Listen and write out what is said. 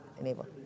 enable